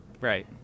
Right